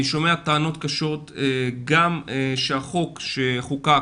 אני שומע טענות קשות גם שהחוק שחוקק